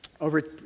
over